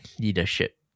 leadership